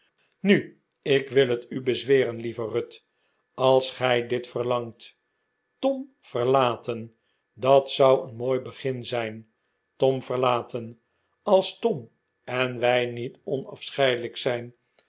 nu ik wil het u bezweren lieve ruth als gij dit verlangt tom verlaten dat zou een mooi begin zijn tom verlaten als tom en wij niet onafscheidelijk zijn